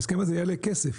ההסכם הזה יעלה כסף.